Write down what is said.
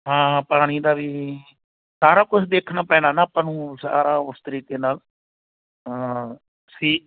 ਹਾਂ ਪਾਣੀ ਦਾ ਵੀ ਸਾਰਾ ਕੁਛ ਦੇਖਣਾ ਪੈਣਾ ਨਾ ਆਪਾਂ ਨੂੰ ਸਾਰਾ ਉਸ ਤਰੀਕੇ ਨਾਲ ਹਾਂ ਸੀ